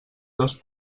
dos